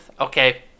Okay